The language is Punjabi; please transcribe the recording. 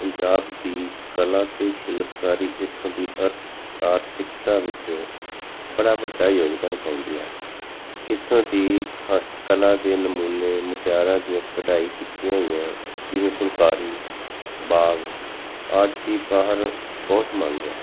ਪੰਜਾਬ ਦੀ ਕਲਾ ਅਤੇ ਸ਼ਿਲਪਕਾਰੀ ਇੱਥੋਂ ਦੀ ਅਰ ਆਰਥਿਕਤਾ ਵਿੱਚ ਬੜਾ ਵੱਡਾ ਯੋਗਦਾਨ ਪਾਉਂਦੀਆਂ ਇੱਥੋਂ ਦੀ ਹਸਤਕਲਾ ਦੇ ਨਮੂਨੇ ਮੁਟਿਆਰਾਂ ਦੀਆਂ ਕਢਾਈ ਕੀਤੀਆਂ ਹੋਈਆਂ ਜਿਵੇਂ ਫੁਲਕਾਰੀ ਬਾਗ ਆਦਿ ਦੀ ਬਾਹਰ ਬਹੁਤ ਮੰਗ ਹੈ